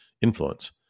influence